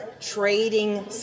trading